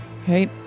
Okay